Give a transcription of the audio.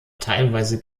teilweise